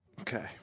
Okay